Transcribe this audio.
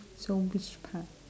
so which part